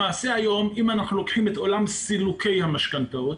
למעשה אם אנחנו לוקחים את עולם סילוקי המשכנתאות,